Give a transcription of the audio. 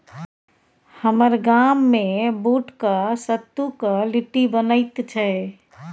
हमर गाममे बूटक सत्तुक लिट्टी बनैत छै